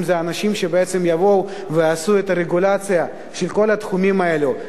אם אנשים שיבואו ויעשו את הרגולציה של כל התחומים האלה,